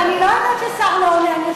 אבל אני לא יודעת ששר לא עונה.